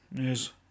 Yes